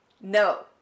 No